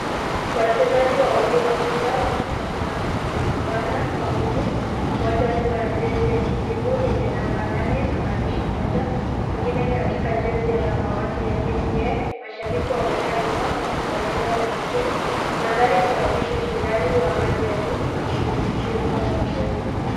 Wachezaji wawili wa mpira wa kikapu wanapambana kwa nguvu, mmoja akiwa na jezi ya kijivu yenye namba nane na maandishi moja. Mwingine katika jezi ya samawati ya KPA. Mashabiki wamekaa nyuma wakifuatilia kwa makini. Mandhari huakisi ushindani wa hali ya juu na msisimko wa mchezo.